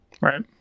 Right